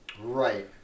Right